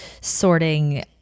sorting